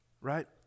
right